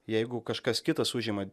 jeigu kažkas kitas užima